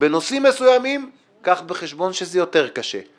בנושאים מסוימים תביא בחשבון שזה קשה יותר,